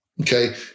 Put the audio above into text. okay